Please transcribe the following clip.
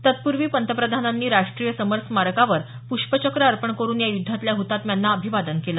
तत्पूर्वी पंतप्रधानांनी राष्ट्रीय समर स्मारकावर पुष्पचक्र अर्पण करुन या युद्धातल्या हुतात्म्यांना अभिवादन केलं